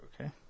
Okay